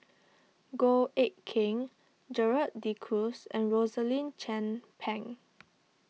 Goh Eck Kheng Gerald De Cruz and Rosaline Chan Pang